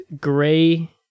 gray